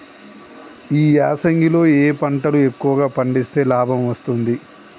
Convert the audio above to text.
ఈ యాసంగి లో ఏ పంటలు ఎక్కువగా పండిస్తే లాభం వస్తుంది?